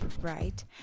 right